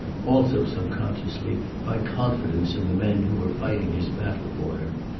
also subconsciously, by confidence in the men who were fighting his battle for him,